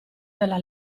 della